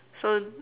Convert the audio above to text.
so